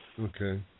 Okay